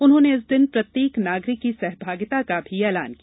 उन्होंने इस दिन प्रत्येक नागरिक की सहभागिता का भी ऐलान किया